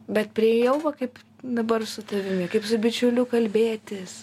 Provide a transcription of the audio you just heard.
bet priėjau va kaip dabar su tavimi kaip su bičiuliu kalbėtis